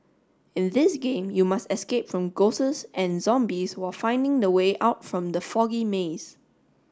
in this game you must escape from ghosts and zombies while finding the way out from the foggy maze